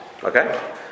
Okay